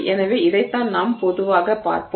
எனவே இதைத்தான் நாம் பொதுவாகப் பார்ப்போம்